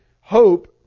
hope